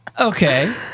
Okay